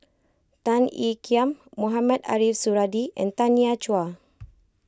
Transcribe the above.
Tan Ean Kiam Mohamed Ariff Suradi and Tanya Chua